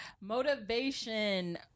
Motivation